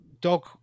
dog